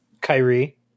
Kyrie